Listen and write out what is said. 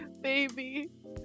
baby